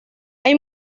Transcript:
hay